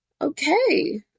Okay